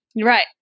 Right